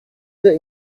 der